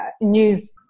news